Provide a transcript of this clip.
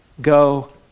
Go